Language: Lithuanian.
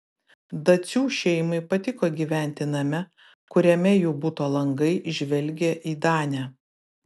dacių šeimai patiko gyventi name kuriame jų buto langai žvelgė į danę